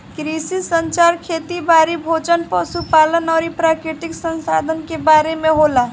कृषि संचार खेती बारी, भोजन, पशु पालन अउरी प्राकृतिक संसधान के बारे में होला